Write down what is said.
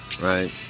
Right